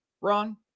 Ron